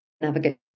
navigate